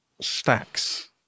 Stacks